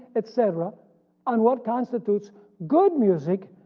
etc and what constitutes good music,